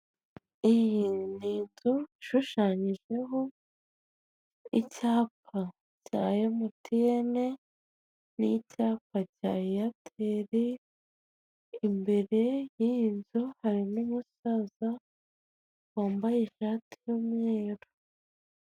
Umukobwa usa neza uhagaze wambaye ikote n'ishati y'umweru mu maso n'inzobe afite imisatsi mu ntoki afitemo akantu kameze nk'impano bamuhaye, mbere ye hariho amagambo yanditse m'ururimi rw'igifaransa.